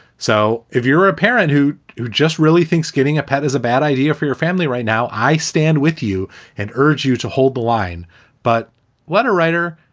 so if you're a parent who who just really thinks getting a pet is a bad idea for your family right now. i stand with you and urge you to hold the line but letter writer,